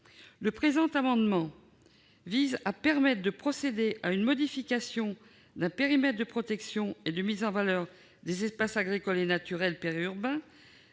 Le présent amendement vise à permettre de procéder à une modification d'un périmètre de protection et de mise en valeur des espaces agricoles et naturels périurbains